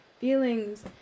feelings